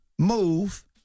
move